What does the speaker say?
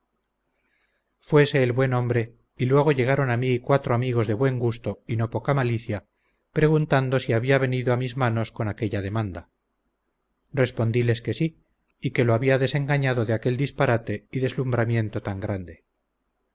fuese el buen hombre y luego llegaron a mí cuatro amigos de buen gusto y no poca malicia preguntando si había venido a mis manos con aquella demanda respondíles que sí y que lo había desengañado de aquel disparate y deslumbramiento tan grande